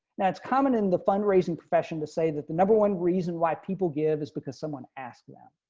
that's common in the fundraising profession to say that the number one reason why people give is because someone asked them.